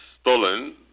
stolen